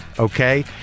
Okay